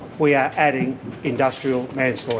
we are adding industrial manslaughter.